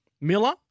Miller